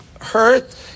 hurt